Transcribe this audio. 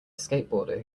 skateboarder